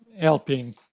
helping